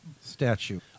statue